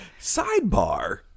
Sidebar